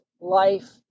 life